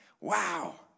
Wow